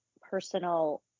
personal